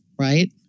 Right